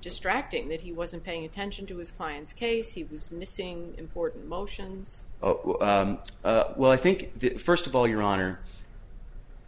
distracting that he wasn't paying attention to his client's case he was missing important motions well i think that first of all your honor